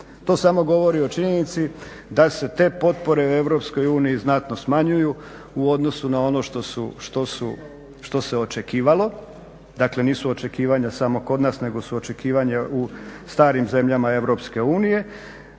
To samo govori o činjenici da se potpore u EU znatno smanjuju u odnosu na ono što se očekivalo, dakle nisu očekivanja samo kod nas nego su očekivanja u starim zemljama EU